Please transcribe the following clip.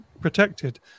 protected